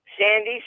Sandy